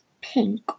pink